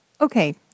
Okay